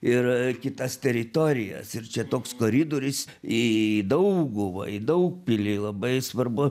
ir kitas teritorijas ir čia toks koridorius į dauguvą į daugpilį labai svarbu